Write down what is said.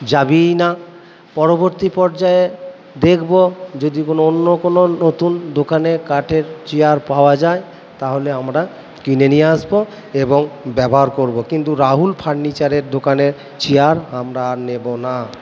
যাবেই না পরবর্তী পর্যায়ে দেখবো যদি কোনো অন্য কোনো নতুন দোকানে কাঠের চেয়ার পাওয়া যায় তাহলে আমরা কিনে নিয়ে আসবো এবং ব্যবহার করবো কিন্তু রাহুল ফার্নিচারের দোকানের চেয়ার আমরা আর নেবো না